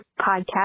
podcast